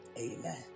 Amen